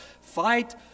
Fight